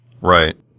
Right